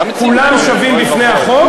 כולם שווים בפני החוק,